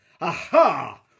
Aha